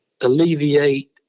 alleviate